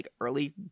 early